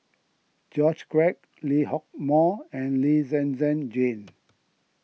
George Quek Lee Hock Moh and Lee Zhen Zhen Jane